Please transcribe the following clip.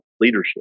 leadership